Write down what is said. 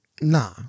Nah